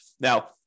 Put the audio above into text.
Now